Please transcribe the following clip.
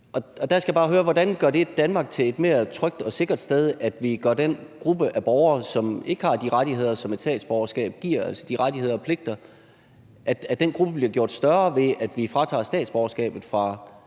Hvordan gør det Danmark til et mere trygt og sikkert sted, at vi gør den gruppe af borgere, som ikke har de rettigheder og pligter, som et statsborgerskab giver, større, ved at vi fratager statsborgerskabet fra